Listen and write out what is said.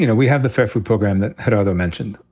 you know we have the fair food program that geraldo mentioned.